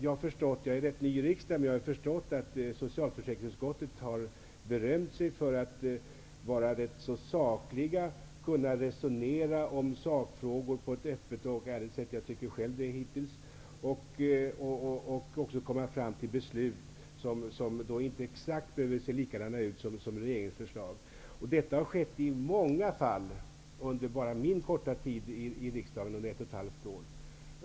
Jag är rätt ny i riksdagen, men jag har förstått att socialförsäkringsutskottet har berömt sig av att vara rätt sakligt. Man kan resonera om sakfrågor på ett öppet och ärligt sätt -- jag tycker det själv hittills -- och även komma fram till beslut som inte behöver se exakt likadana ut som regeringens förslag. Detta har skett i många fall även under min korta tid i riksdagen, ett och ett halvt år.